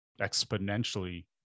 exponentially